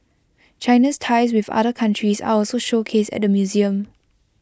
China's ties with other countries are also showcased at the museum